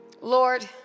Lord